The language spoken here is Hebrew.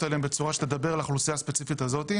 אליהם בצורה שתדבר לאוכלוסייה הספציפית זאת,